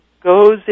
goes